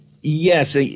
Yes